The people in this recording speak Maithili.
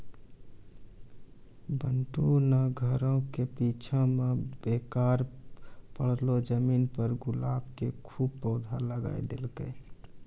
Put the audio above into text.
बंटू नॅ घरो के पीछूं मॅ बेकार पड़लो जमीन पर गुलाब के खूब पौधा लगाय देलकै